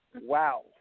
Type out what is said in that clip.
wow